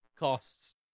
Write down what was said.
Costs